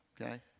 okay